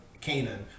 Canaan